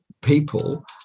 people